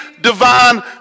divine